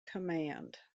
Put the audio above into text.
command